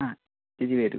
ആ ചേച്ചി വരൂ